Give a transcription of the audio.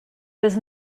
was